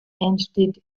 entsteht